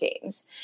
games